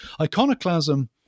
Iconoclasm